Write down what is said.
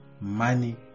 Money